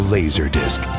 Laserdisc